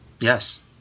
yes